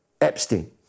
Epstein